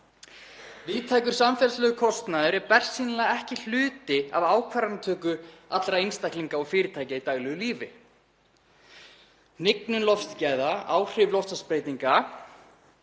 Víðtækur samfélagslegur kostnaður er bersýnilega ekki hluti af ákvarðanatöku allra einstaklinga og fyrirtækja í daglegu lífi. Hnignun loftgæða og áhrif loftslagsbreytinga;